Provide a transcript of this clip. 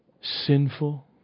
sinful